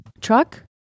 truck